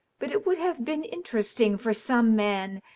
but it would have been interesting for some man,